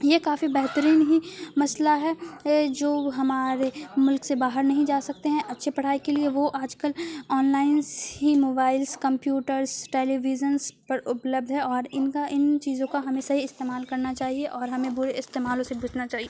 یہ کافی بہترین ہی مسئلہ ہے جو ہمارے ملک سے باہر نہیں جا سکتے ہیں اچھے پڑھائی کے لیے وہ آج کل آن لائنس ہی mobiles computers televisions پر اپلبدھ ہے اور ان کا ان چیزوں کا ہمیںحیح استعمال کرنا چاہیے اور ہمیں برے استعمالوں سے بچنا چاہیے